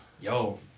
yo